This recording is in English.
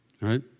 right